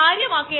അതേ റിയാക്ടറാണ്